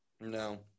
no